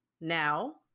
now